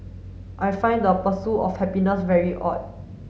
I find the pursue of happiness very odd